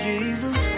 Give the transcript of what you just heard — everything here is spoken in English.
Jesus